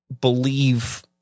believe